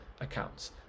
accounts